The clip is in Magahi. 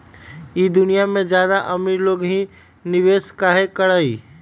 ई दुनिया में ज्यादा अमीर लोग ही निवेस काहे करई?